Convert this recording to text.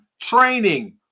training